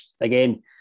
again